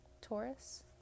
Taurus